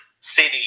city